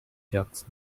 ducks